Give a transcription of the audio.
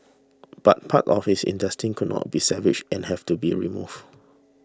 but parts of his intestines could not be salvaged and have to be removed